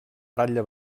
ratlla